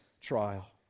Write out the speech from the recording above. trial